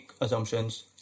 assumptions